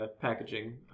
packaging